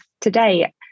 today